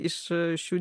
iš šių